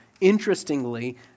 Interestingly